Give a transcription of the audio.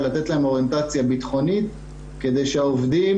רק לתת להם אוריינטציה ביטחונית כדי שהעובדים